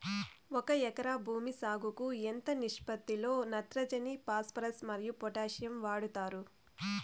ఒక ఎకరా భూమి సాగుకు ఎంత నిష్పత్తి లో నత్రజని ఫాస్పరస్ మరియు పొటాషియం వాడుతారు